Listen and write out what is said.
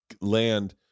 land